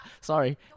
sorry